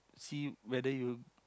see whether you